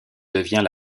devient